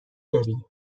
داری